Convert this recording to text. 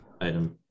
item